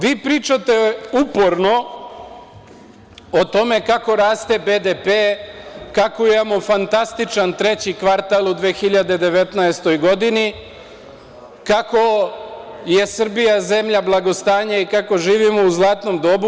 Vi pričate uporno o tome kako raste BDP, kako imamo fantastičan treći kvartal u 2019. godini, kako je Srbija zemlja blagostanja i kako živimo u zlatnom dobu.